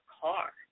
car